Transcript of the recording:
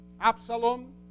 Absalom